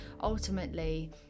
ultimately